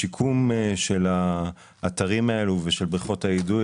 השיקום של האתרים האלה ושל בריכות האידוי